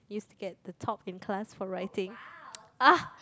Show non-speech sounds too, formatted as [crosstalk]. used to get the top in class for writing [noise]